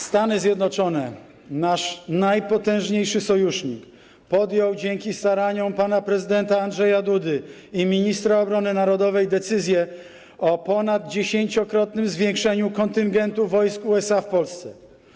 Stany Zjednoczone, nasz najpotężniejszy sojusznik, podjęły dzięki staraniom pana prezydenta Andrzeja Dudy i ministra obrony narodowej decyzję o ponaddziesięciokrotnym zwiększeniu kontyngentu wojsk USA w Polsce.